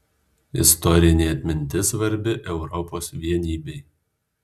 istorinė atmintis svarbi europos vienybei